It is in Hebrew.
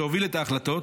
שהוביל את ההחלטות,